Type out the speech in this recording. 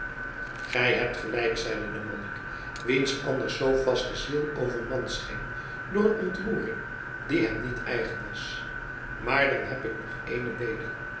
gij hebt gelijk zeide de monnik wiens anders zoo vaste ziel overmand scheen door een ontroering die hem niet eigen was maar dan heb ik nog eene bede